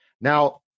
Now